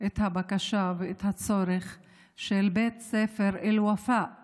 את הבקשה ואת הצורך של בית ספר אל-ופאא בחורה,